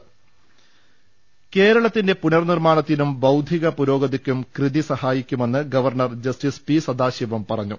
രദ്ദേഷ്ടങ കേരളത്തിന്റെ പുനർനിർമ്മാണത്തിനും ബൌദ്ധിക പുരോഗതിക്കും കൃതി സഹായിക്കുമെന്ന് ഗവർണർ ജസ്റ്റിസ് പി സദാശിവും പറഞ്ഞു